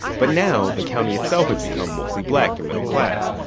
but now the county itself has become mostly black and middle class,